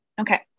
Okay